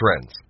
trends